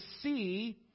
see